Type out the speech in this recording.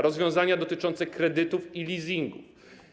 Rozwiązania dotyczące kredytów i leasingu.